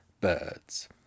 birds